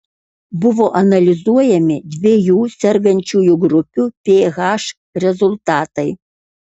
buvo analizuojami dviejų sergančiųjų grupių ph rezultatai